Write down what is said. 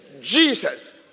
Jesus